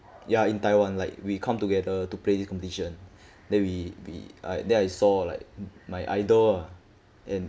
ya in taiwan like we come together to play the competition then we be I then I saw like my idol ah and